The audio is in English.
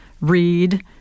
read